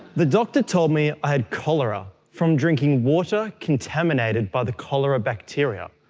the doctor told me i had cholera from drinking water contaminated by the cholera bacteria.